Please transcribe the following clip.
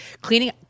cleaning